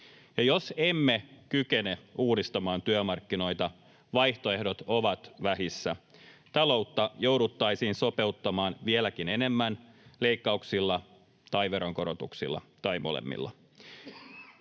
jos emme kykene uudistamaan työmarkkinoita, vaihtoehdot ovat vähissä. Taloutta jouduttaisiin sopeuttamaan vieläkin enemmän leikkauksilla tai veronkorotuksilla tai molemmilla.